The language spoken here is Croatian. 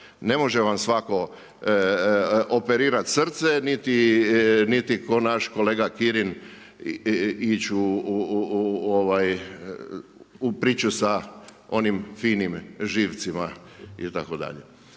Ne može vam svako operirat srce, niti ko naš kolega Kirin ići u priču sa onim finim živcima itd.